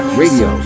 radio